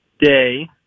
Day